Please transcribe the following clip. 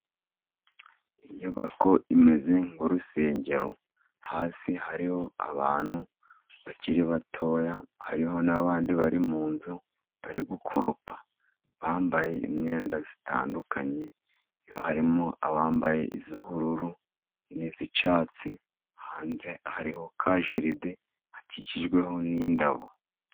Inyubako imeze nk' urusengero, hasi hariho abantu bakiri bato, hariho n'abandi bari mu nzu bari gukoropa bambaye imyenda itandukanye, harimo abambaye iy'ubururu n'iyi'icyatsi, hanze hariho ka jaride hakikijweho n'indabo.